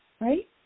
Right